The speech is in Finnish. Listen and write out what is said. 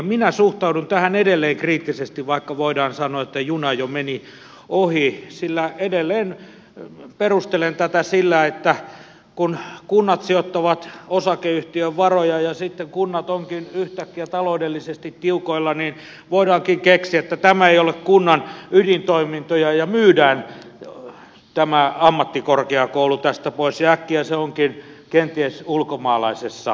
minä suhtaudun tähän edelleen kriittisesti vaikka voidaan sanoa että juna jo meni ohi sillä edelleen perustelen tätä sillä että kun kunnat sijoittavat osakeyhtiöön varoja ja sitten kunnat ovatkin yhtäkkiä ta loudellisesti tiukoilla niin voidaankin keksiä että tämä ei ole kunnan ydintoimintoja ja myydään tämä ammattikorkeakoulu tästä pois ja äkkiä se onkin kenties ulkomaalaisessa omistuksessa